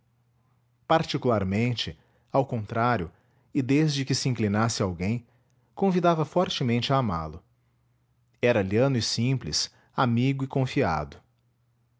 particularmente ao contrário e desde que se inclinasse a alguém convidava fortemente a amá-lo era lhano e simples amigo e confiado